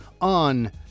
on